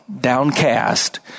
downcast